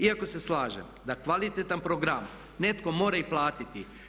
Iako se slažem da kvalitetan program netko mora i platiti.